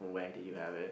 where did you have it